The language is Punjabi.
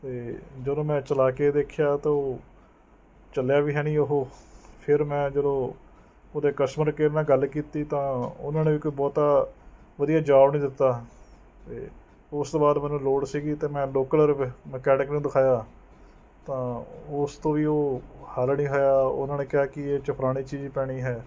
ਅਤੇ ਜਦੋਂ ਮੈਂ ਚਲਾ ਕੇ ਦੇਖਿਆ ਤਾਂ ਉਹ ਚੱਲਿਆ ਵੀ ਹੈ ਨਹੀਂ ਉਹ ਫਿਰ ਮੈਂ ਜਦੋਂ ਉਹਦੇ ਕਸਟਮਰ ਕੇਅਰ ਨਾਲ਼ ਗੱਲ ਕੀਤੀ ਤਾਂ ਉਹਨਾਂ ਨੇ ਵੀ ਕੋਈ ਬਹੁਤਾ ਵਧੀਆ ਜਵਾਬ ਨਹੀਂ ਦਿੱਤਾ ਅਤੇ ਉਸ ਤੋਂ ਬਾਅਦ ਮੈਨੂੰ ਲੋੜ ਸੀਗੀ ਅਤੇ ਮੈਂ ਲੋਕਲ ਰਿਪੇ ਮਕੈਨਿਕ ਨੂੰ ਦਿਖਾਇਆ ਤਾਂ ਉਸ ਤੋਂ ਵੀ ਉਹ ਹੱਲ ਨਹੀਂ ਹੋਇਆ ਉਹਨਾਂ ਨੇ ਕਿਹਾ ਕਿ ਇਹਦੇ 'ਚ ਫਲਾਣੀ ਚੀਜ਼ ਪੈਣੀ ਹੈ